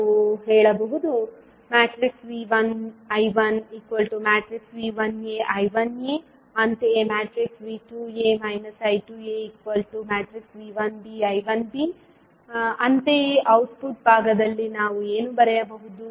ನಾವು ಹೇಳಬಹುದು V1 I1 V1a I1a ಅಂತೆಯೇ V2a I2a V1b I1b ಅಂತೆಯೇ ಔಟ್ಪುಟ್ ಭಾಗದಲ್ಲಿ ನಾವು ಏನು ಬರೆಯಬಹುದು